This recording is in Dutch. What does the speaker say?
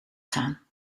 gaan